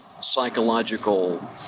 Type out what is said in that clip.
psychological